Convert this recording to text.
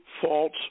false